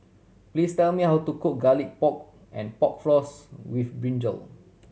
please tell me how to cook Garlic Pork and Pork Floss with brinjal